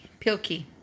Pilkey